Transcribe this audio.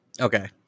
okay